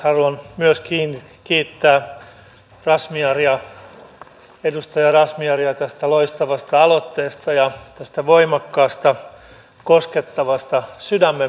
haluan myöskin kiittää edustaja razmyaria tästä loistavasta aloitteesta ja tästä voimakkaasta koskettavasta sydämen puheesta